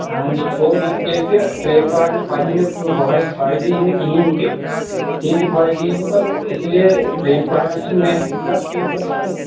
آ یہِ چھِ پوٚز ترٛیٚیِم پاٹنر پَتہٕ یی نہٕ ہُہ ہَے فأیِدٕ یی نہٕ کِہیٖنۍ تہِ کِہیٖنۍ تہِ فأیِدٕ یی نہٕ پَتہٕ اِسی لیے ترٛیٚیِم پاٹنر چھِنہٕ کیٚنٛہہ